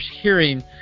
hearing